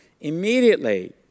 Immediately